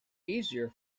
easier